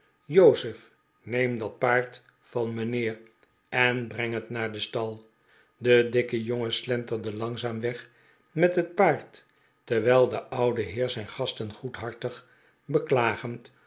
jozef neem dat paard van mijnheer en breng het naar den stal de dikke jongen slenterde langzaam weg met het paard terwijl de oude heer zijn gasten goedhartig beklagend